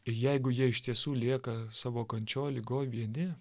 jeigu jie iš tiesų lieka savo kančioj ligoj vieni